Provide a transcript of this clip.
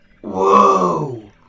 Whoa